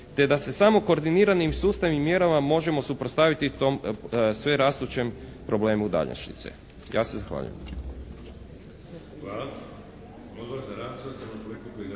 te da se samo koordiniranim i sustavnim mjerama možemo suprotstaviti tom sverastućem problemu današnjice. Ja se zahvaljujem.